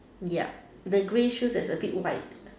yup the grey shoes there's a bit white